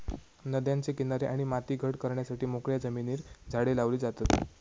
नद्यांचे किनारे आणि माती घट करण्यासाठी मोकळ्या जमिनीर झाडे लावली जातत